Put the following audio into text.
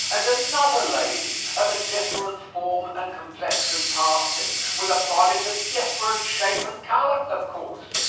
and another lady of a different form and complexion passed him with a bonnet of different shape and color, of course.